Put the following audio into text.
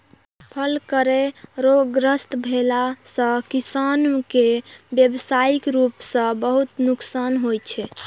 फल केर रोगग्रस्त भेला सं किसान कें व्यावसायिक रूप सं बहुत नुकसान होइ छै